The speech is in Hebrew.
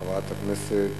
חברת הכנסת